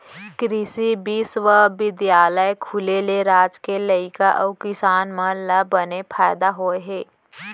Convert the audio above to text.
कृसि बिस्वबिद्यालय खुले ले राज के लइका अउ किसान मन ल बने फायदा होय हे